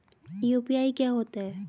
UPI क्या होता है?